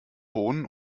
bohnen